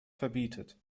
verbietet